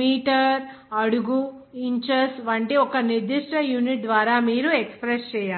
metre అడుగు inches వంటి ఒక నిర్దిష్ట యూనిట్ ద్వారా మీరు ఎక్స్ప్రెస్ చేయాలి